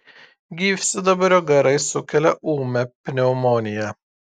gyvsidabrio garai sukelia ūmią pneumoniją